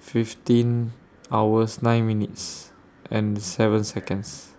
fifteen hours nine minutes and seven Seconds